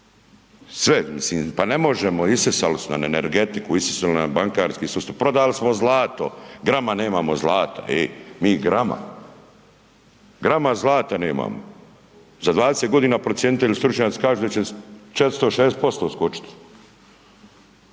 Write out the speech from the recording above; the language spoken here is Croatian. pa ne možemo isisali su nam energetiku, isisali su nam bankarski sustav, prodali smo zlato, grama nemamo zlata ej, ni grama, grama zlata nemamo, za 20.g. procjenitelji i stručnjaci kažu da će 460% skočit,